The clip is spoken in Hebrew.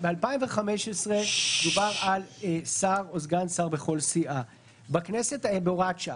ב-2015 דובר על שר או סגן שר בכל סיעה בהוראת שעה.